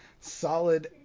solid